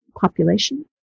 population